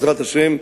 בעזרת השם,